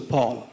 Paul